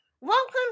Welcome